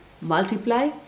multiply